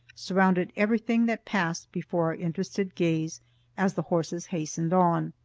surrounded everything that passed before our interested gaze as the horses hastened on.